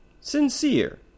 sincere